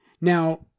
Now